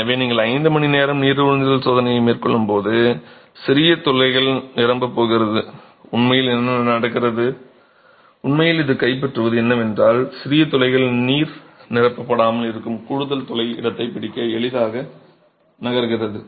எனவே நீங்கள் 5 மணிநேர நீர் உறிஞ்சுதல் சோதனையை மேற்கொள்ளும்போது சிறிய துளைகள் நிரம்பப் போகிறது உண்மையில் என்ன நடக்கிறது உண்மையில் இது கைப்பற்றுவது என்னவென்றால் சிறிய துளைகள் நீர் நிரப்பப்படாமல் இருக்கும் கூடுதல் துளை இடத்தைப் பிடிக்க எளிதாக நகர்கிறது